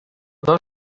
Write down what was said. dos